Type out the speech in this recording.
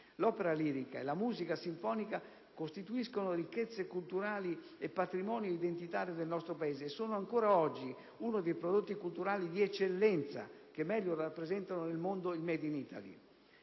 L'opera lirica e la musica sinfonica costituiscono ricchezze culturali e patrimoni identitari del nostro Paese e sono ancora oggi uno dei prodotti culturali di eccellenza, che meglio rappresentano nel mondo il *made in Italy*.